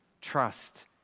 Trust